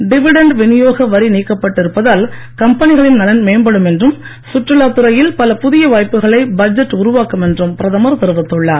dividend விநியோக வரி நீக்கப்பட்டு இருப்பதால் கம்பெனிகளின் நலன் மேம்படும் என்றும் சுற்றுலா துறையில் பல புதிய வாய்ப்புகளை பட்ஜெட் உருவாக்கும் என்றும் பிரதமர் தெரிவித்துள்ளார்